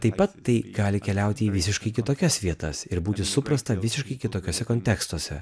taip pat tai gali keliauti į visiškai kitokias vietas ir būti suprasta visiškai kitokiuose kontekstuose